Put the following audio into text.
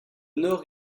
nord